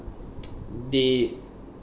they